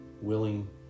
willing